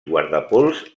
guardapols